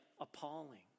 appalling